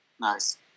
Nice